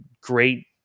great